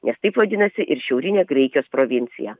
nes taip vadinasi ir šiaurinė graikijos provincija